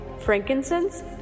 frankincense